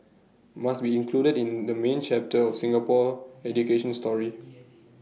must be included in the main chapter of Singapore education story